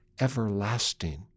everlasting